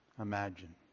Imagine